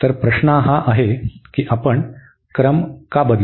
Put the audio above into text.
तर प्रश्न हा आहे की आपण क्रम का बदलू